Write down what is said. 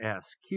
SQ